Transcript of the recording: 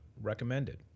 recommended